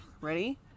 Ready